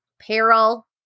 peril